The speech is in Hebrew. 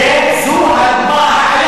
זו הדוגמה החיה למה שאני אומר.